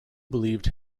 believed